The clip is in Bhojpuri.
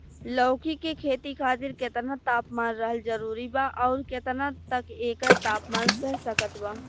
लौकी के खेती खातिर केतना तापमान रहल जरूरी बा आउर केतना तक एकर तापमान सह सकत बा?